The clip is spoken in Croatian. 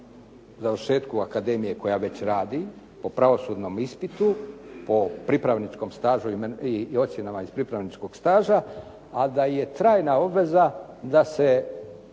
završetku akademije koja već radi, po pravosudnom ispitu, po pripravničkom stažu i ocjenama iz pripravničkog staža, a da je trajna obveza da se